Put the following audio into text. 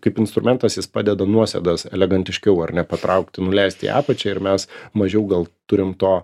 kaip instrumentas jis padeda nuosėdas elegantiškiau ar ne patraukti nuleisti į apačią ir mes mažiau gal turim to